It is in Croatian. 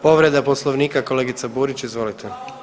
Povreda Poslovnika kolegica Burić, izvolite.